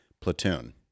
platoon